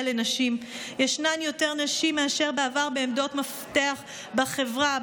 לנשים: יש יותר נשים מאשר בעבר בעמדות מפתח בחברה,